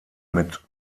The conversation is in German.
mit